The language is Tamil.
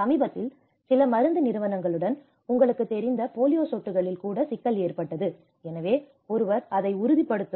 சமீபத்தில் சில மருந்து நிறுவனங்களுடன் உங்களுக்குத் தெரிந்த போலியோ சொட்டுகளில் கூட சிக்கல் ஏற்பட்டது எனவே ஒருவர் அதை உறுதிப்படுத்தவும்